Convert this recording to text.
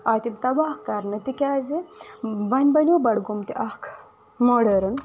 آے تِم تباہ کرنہٕ تِکیٛازِ وۄنۍ بنٛیو بڈگوم تہِ اکھ ماڈٲرٕن